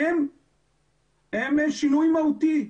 הם שינוי מהותי,